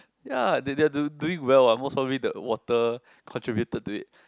ya they they are doing well what most probably the water contributed to it